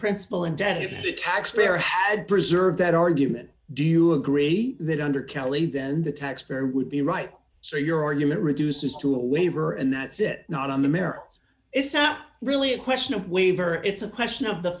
principal indebted the taxpayer had preserved that argument do you agree that under cali then the taxpayer would be right so your argument reduces to a waiver and that's it not on the merits it's not really a question of waiver it's a question of the